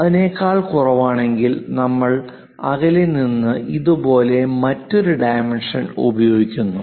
അതിനേക്കാൾ കുറവാണെങ്കിൽ നമ്മൾ അകലെ നിന്ന് ഇതുപോലെ മറ്റൊരു ഡൈമെൻഷൻ ഉപയോഗിക്കുന്നു